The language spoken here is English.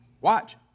Watch